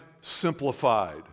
simplified